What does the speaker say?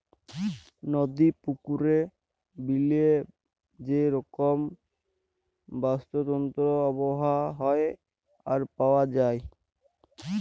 নদি, পুকুরে, বিলে যে রকম বাস্তুতন্ত্র আবহাওয়া হ্যয়ে আর পাওয়া যায়